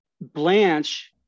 Blanche